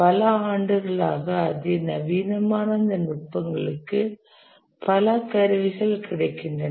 பல ஆண்டுகளாக அதிநவீனமான இந்த நுட்பங்களுக்கு பல கருவிகள் கிடைக்கின்றன